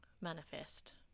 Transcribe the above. Manifest